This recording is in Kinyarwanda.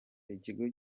ikigo